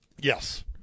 Yes